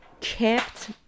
kept